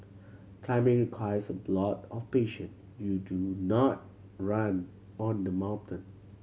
climbing requires a lot of patience you do not run on the mountain